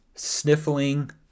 sniffling